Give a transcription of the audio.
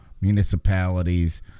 municipalities